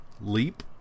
Leap